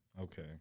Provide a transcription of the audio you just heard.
Okay